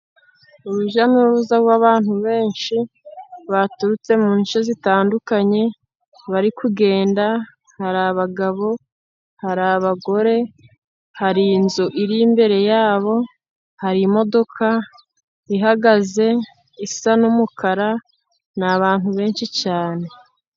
Urujya n'uruza rw'abantu benshi baturutse mu nce zitandukanye, bari kugenda hari abagabo hari abagore, hari inzu iri imbere yabo hari imodoka ihagaze isa n'umukara, ni abantu benshi cyane.